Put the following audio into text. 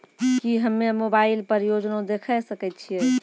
की हम्मे मोबाइल पर योजना देखय सकय छियै?